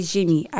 Jimmy